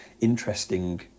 interesting